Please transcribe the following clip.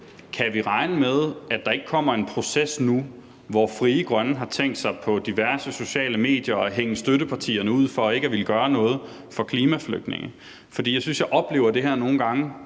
kan regne med, at der ikke kommer en proces nu, hvor Frie Grønne har tænkt sig på diverse sociale medier at hænge støttepartierne ud for ikke at ville gøre noget for klimaflygtninge. For jeg synes, at jeg nogle gange